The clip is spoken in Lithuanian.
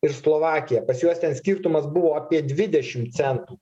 ir slovakija pas juos ten skirtumas buvo apie dvidešim centų